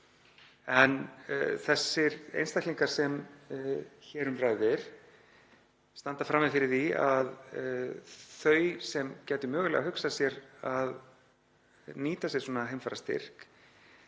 En þeir einstaklingar sem hér um ræðir standa frammi fyrir því að þau sem gætu mögulega hugsað sér að nýta sér svona heimferðarstyrk